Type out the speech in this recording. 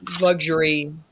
luxury